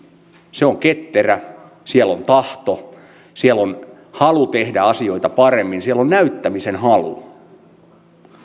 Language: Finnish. se on ketterä siellä on tahto siellä on halu tehdä asioita paremmin siellä on näyttämisen halu